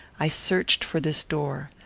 i searched for this door.